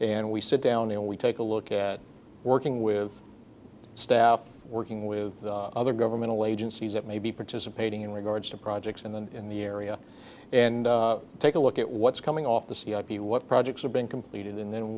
and we sit down and we take a look at working with staff working with other governmental agencies that may be participating in regards to projects and then in the area and take a look at what's coming off the c r p what projects are being completed and then